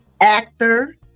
actor